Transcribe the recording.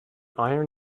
iron